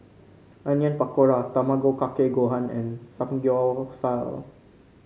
Onion Pakora Tamago Kake Gohan and Samgyeopsal